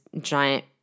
giant